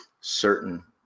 certain